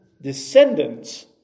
descendants